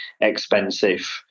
expensive